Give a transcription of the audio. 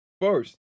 first